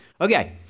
Okay